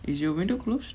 is your window closed